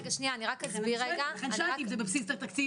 לכן שאלתי אם זה בבסיס התקציב.